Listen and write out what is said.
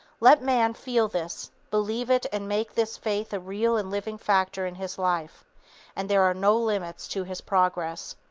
let man feel this, believe it and make this faith a real and living factor in his life and there are no limits to his progress.